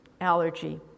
allergy